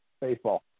baseball